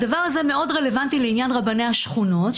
הדבר הזה מאוד רלוונטי לעניין רבני השכונות.